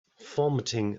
formatting